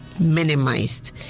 minimized